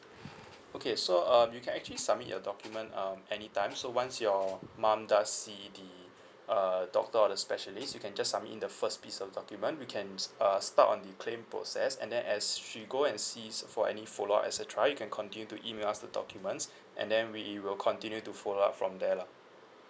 okay so um you can actually submit your document um anytime so once your mum does see the uh doctor or the specialist you can just submit in the first piece of document we can uh start on the claim process and then as she go and sees for any follow up et cetera you can continue to email us the documents and then we will continue to follow up from there lah